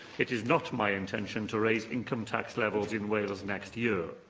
it is not my intention to raise income tax levels in wales next year.